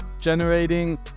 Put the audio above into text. generating